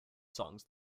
songs